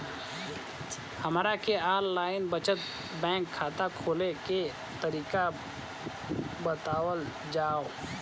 हमरा के online बचत बैंक खाता खोले के तरीका बतावल जाव?